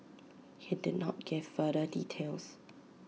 he did not give further details